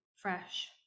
Fresh